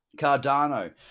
Cardano